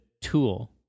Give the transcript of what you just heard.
tool